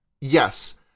Yes